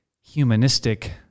humanistic